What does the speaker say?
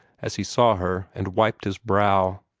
as he saw her, and wiped his brow.